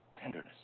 tenderness